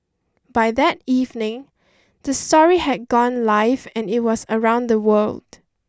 by that evening the story had gone live and it was around the world